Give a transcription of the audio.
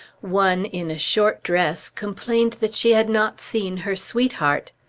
one in a short dress complained that she had not seen her sweetheart.